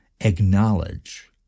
acknowledge